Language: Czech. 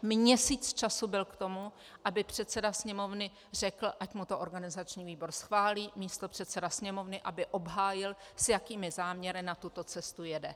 Měsíc času byl k tomu, aby předseda Sněmovny řekl, ať mu to organizační výbor schválí, místopředseda Sněmovny aby obhájil, s jakými záměry na tuto cestu jede.